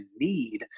need